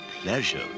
pleasure